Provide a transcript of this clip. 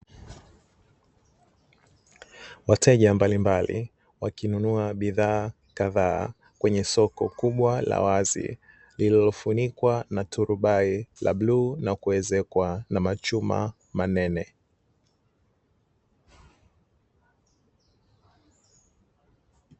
Wateja mbalimbali, wakinunua bidhaa kadhaa kwenye soko kubwa la wazi liilofunikwa na turubai la bluu na kuezekwa na machuma manene.